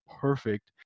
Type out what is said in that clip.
perfect